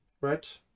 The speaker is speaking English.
right